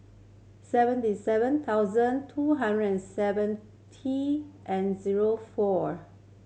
seventy seven thousand two hundred and seventy and zero four